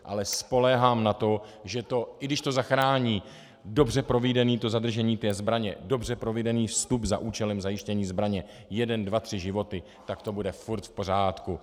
Ale spoléhám na to, i když zachrání dobře provedené zadržení zbraně, dobře provedený vstup za účelem zajištění zbraně jeden, dva, tři životy, tak to bude furt v pořádku.